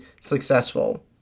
successful